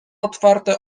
otwarte